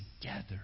together